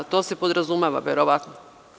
To se podrazumeva, verovatno.